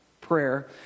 prayer